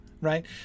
right